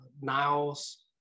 niles